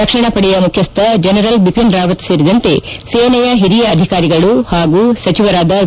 ರಕ್ಷಣಾ ಪಡೆಯ ಮುಖ್ಯಸ್ವ ಜನರಲ್ ಬಿಪಿನ್ ರಾವತ್ ಸೇರಿದಂತೆ ಸೇನೆಯ ಹಿರಿಯ ಅಧಿಕಾರಿಗಳು ಹಾಗೂ ಸಚಿವರಾದ ವಿ